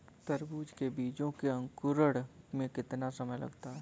तरबूज के बीजों के अंकुरण में कितना समय लगता है?